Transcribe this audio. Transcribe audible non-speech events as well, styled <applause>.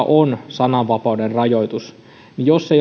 <unintelligible> on sananvapauden rajoitus ei